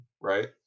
right